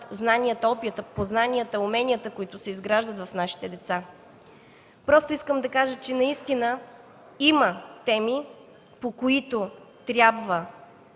знанията, опита, познанията и уменията, които се изграждат в нашите деца. Просто искам да кажа, че наистина има теми, по които трябва